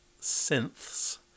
synths